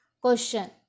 Question